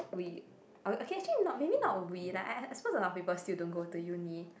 we okay actually not maybe not we like I I suppose a lot of people still don't go to uni